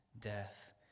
death